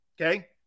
Okay